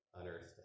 unearthed